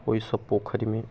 ओइसँ पोखरिमे